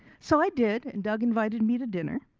so i did and doug invited me to dinner